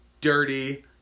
dirty